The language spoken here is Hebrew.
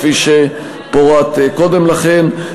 כפי שפורט קודם לכן.